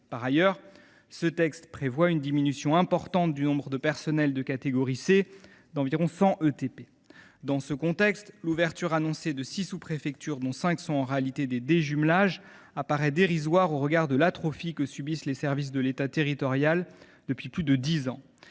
Par ailleurs, ce texte prévoit une importante diminution du nombre de personnels de catégorie C, d’environ 100 ETP. Dans ce contexte, l’ouverture annoncée de six sous préfectures, dont cinq sont en réalité consécutives à des déjumelages, apparaît dérisoire eu égard à l’atrophie subie par les services de l’État territorial depuis plus de dix ans.